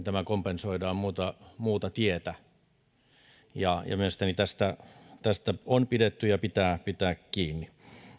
tämä kompensoidaan muuta muuta tietä mielestäni tästä tästä on pidetty ja pitää pitää kiinni